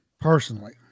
personally